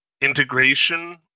integration